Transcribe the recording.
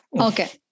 Okay